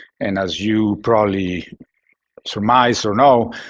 and as you probably surmised or know,